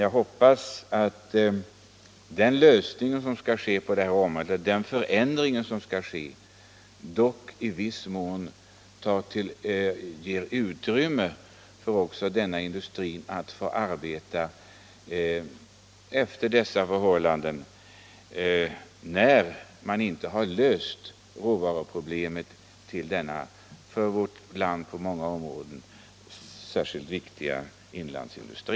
Jag hoppas emellertid att det även efter den förändring som avses komma att ske skall vara möjligt att lösa råvaruproblemet på samma sätt som hittills för denna synnerligen viktiga inlandsindustri.